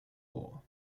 war